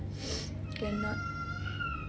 cannot